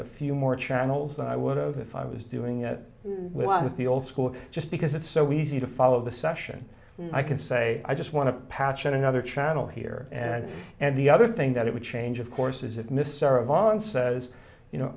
a few more channels than i would of if i was doing it with the old school just because it's so easy to follow the session i can say i just want to patch on another channel here and and the other thing that it would change of course is if miss sarah vaughn says you know